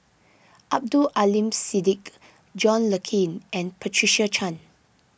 Abdul Aleem Siddique John Le Cain and Patricia Chan